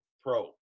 pro